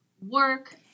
work